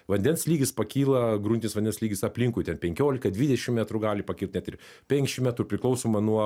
vandens lygis pakyla gruntinis vandens lygis aplinkui ten penkiolika dvidešim metrų gali pakilt net ir penkšim metrų priklausoma nuo